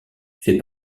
fait